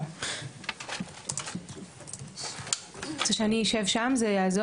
חשובים ממחקרים, שחשוב